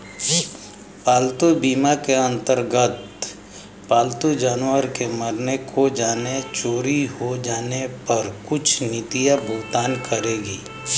पालतू बीमा के अंतर्गत पालतू जानवर के मरने, खो जाने, चोरी हो जाने पर कुछ नीतियां भुगतान करेंगी